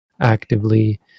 actively